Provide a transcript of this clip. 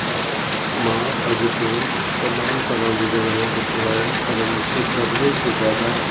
मां मां अॼु ताईं तमामु तरह जी जॻहियूं ॾिठियूं आहिनि पर मूंखे सभिनी खां ज्यादा